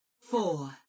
four